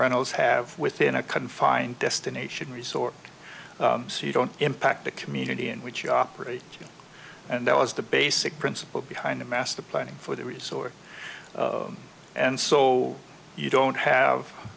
runnels have within a confined destination resort so you don't impact the community in which you operate and that was the basic principle behind the mass the planning for the resort and so you don't have